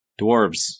dwarves